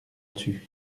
dessus